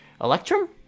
Electrum